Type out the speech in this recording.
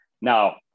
now